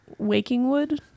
Wakingwood